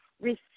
Receive